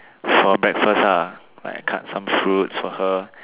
for breakfast lah like I cut some fruits for her